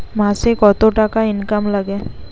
মাসে কত টাকা ইনকাম নাগে?